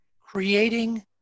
creating